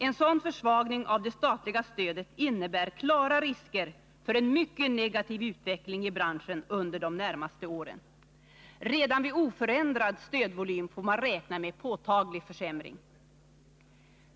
En sådan försvagning av det statliga stödet innebär klara risker för en mycket negativ utveckling i branschen under de närmaste åren. Redan vid oförändrad stödvolym får man räkna med en påtaglig försämring.